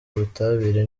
ubutabire